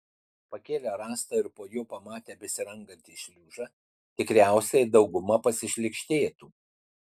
pakėlę rąstą ir po juo pamatę besirangantį šliužą tikriausiai dauguma pasišlykštėtų